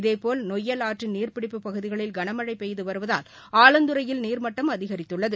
இதேபோல் நொய்யல் ஆற்றின் நீர்பிடிப்புப் பகுதிகளில் கனமழைபெய்துவருவதால் ஆலந்துறையில் நீர்மட்டம் அதிகரித்துள்ளது